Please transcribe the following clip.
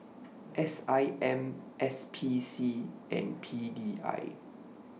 S I M S P C and P D I